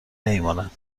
نمیماند